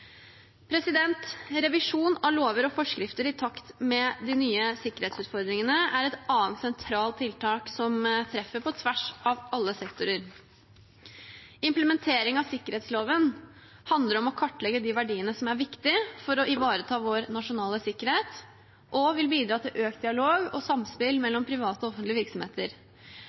Revisjon av lover og forskrifter i takt med de nye sikkerhetsutfordringene er et annet sentralt tiltak som treffer på tvers av alle sektorer. Implementering av sikkerhetsloven handler om å kartlegge de verdiene som er viktige for å ivareta vår nasjonale sikkerhet, og vil bidra til økt dialog og samspill mellom private og offentlige virksomheter.